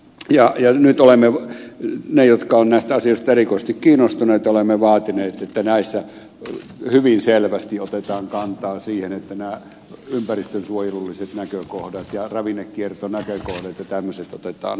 ja nyt olemme me jotka olemme näistä asioista erikoisesti kiinnostuneita vaatineet että näissä on hyvin selvästi otetaan kantaa siihen että nämä ympäristönsuojelulliset näkökohdat ja ravinnekiertonäkökohdat ja tämmöiset otetaan hyvin selvästi huomioon